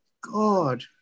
God